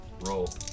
Roll